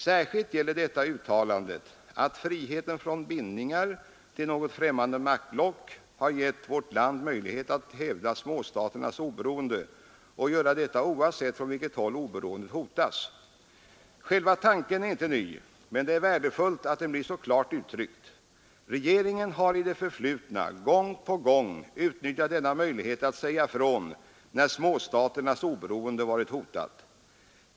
Särskilt gäller detta uttalandet: ”Friheten från bindningar till något främmande maktblock har gett vårt land möjlighet att hävda småstaters oberoende och göra detta oavsett från vilket håll oberoendet hotas.” Själva tanken är inte ny, men det är värdefullt att den blir så klart uttryckt. Regeringen har i det förflutna gång på gång utnyttjat denna möjlighet att säga ifrån, när småstaternas oberoende varit hotat.